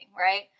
Right